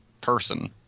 person